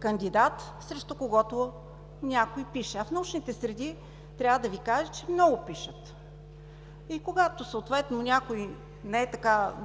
кандидат, срещу когото някой пише. В научните среди, трябва да Ви кажа, че много пишат. И когато някой не е